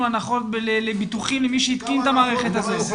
הנחות לביטוחים למי שהתקין את המערכת הזו.